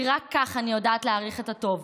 כי רק כך אני יודעת להעריך את הטוב,